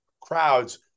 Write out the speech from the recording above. crowds